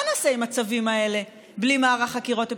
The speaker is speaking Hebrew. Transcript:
מה נעשה עם הצווים האלה בלי מערך חקירות אפידמיולוגי?